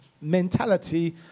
mentality